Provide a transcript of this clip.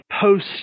post